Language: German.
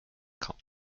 kaum